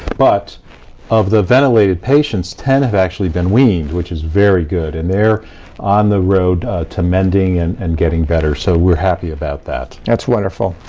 but of the ventilated patients, ten have actually been weaned, which is very good. and they're on the road to mending and and getting better. so we're happy about that. that's wonderful.